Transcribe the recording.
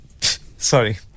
Sorry